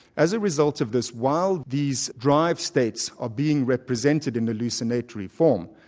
as a result of this, while these drive states are being represented in hallucinatory form,